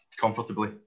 comfortably